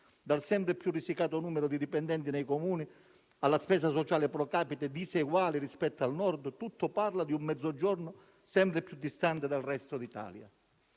al sempre più risicato numero di dipendenti dei Comuni, alla spesa sociale pro-capite diseguale rispetto al Nord: tutto parla di un Mezzogiorno sempre più distante dal resto d'Italia.